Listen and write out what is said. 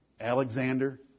Alexander